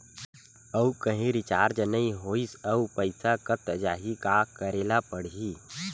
आऊ कहीं रिचार्ज नई होइस आऊ पईसा कत जहीं का करेला पढाही?